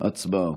הצבעה.